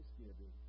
Thanksgiving